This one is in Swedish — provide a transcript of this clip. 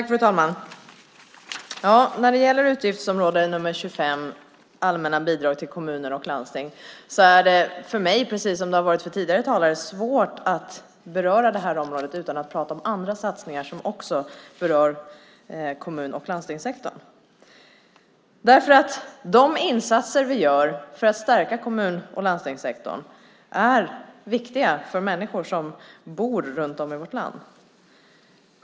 Fru talman! Utgiftsområde 25, Allmänna bidrag till kommuner och landsting, är för mig precis som för tidigare talare svårt att beröra utan att samtidigt prata om andra satsningar som också berör kommun och landstingssektorn. De insatser vi gör för att stärka kommun och landstingssektorn är viktiga för människor som bor runt om i vårt land.